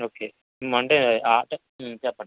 okay Monday చెప్పండి